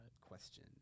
question